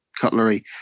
cutlery